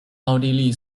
奥地利